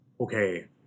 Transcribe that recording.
Okay